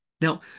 Now